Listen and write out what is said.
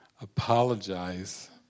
apologize